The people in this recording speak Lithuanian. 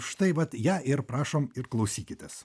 štai vat ją ir prašom ir klausykitės